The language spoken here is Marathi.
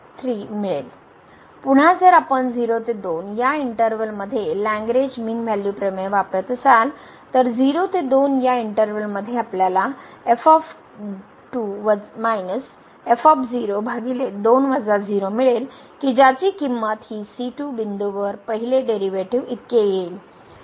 पुन्हा जर आपण 0 ते 2 या इंटर्वल मध्ये लग्रेंज मीन व्हॅल्यू प्रमेय वापरत असाल तर 0 ते 2 या इंटर्वल मध्ये आपल्याला मिळेल कि ज्याची किंमत हि c2 बिंदूवर पहिले डेरीवेटीव इतके येईल